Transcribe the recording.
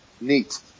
Neat